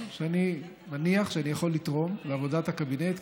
שאני מניח שאני יכול לתרום לעבודת הקבינט.